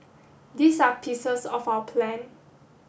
these are pieces of our plan